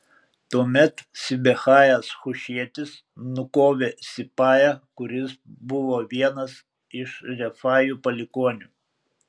tuomet sibechajas hušietis nukovė sipają kuris buvo vienas iš refajų palikuonių